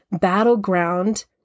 battleground